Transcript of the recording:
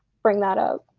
bring that up